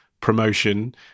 promotion